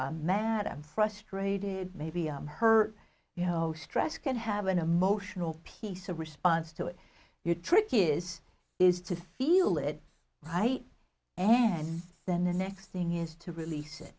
i'm mad i'm frustrated maybe i'm hurt you know stress can have an emotional piece a response to it your trick is is to feel it right and then the next thing is to release